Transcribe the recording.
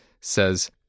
says